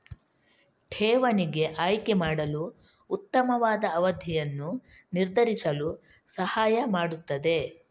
ಠೇವಣಿಗೆ ಆಯ್ಕೆ ಮಾಡಲು ಉತ್ತಮವಾದ ಅವಧಿಯನ್ನು ನಿರ್ಧರಿಸಲು ಸಹಾಯ ಮಾಡುತ್ತದೆ